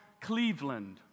Cleveland